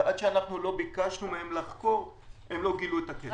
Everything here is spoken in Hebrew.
ועד שלא ביקשנו מהם לחקור הם לא גילו את הכתם.